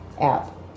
app